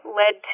led